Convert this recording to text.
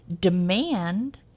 Demand